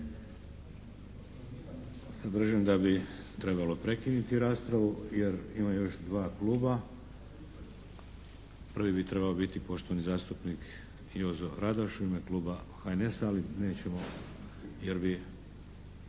predlažem da bi trebalo prekinuti raspravu jer ima još 2 kluba. Prvi bi trebao biti poštovani zastupnik Jozo Radoš u ime Kluba HNS-a, ali nećemo jer bi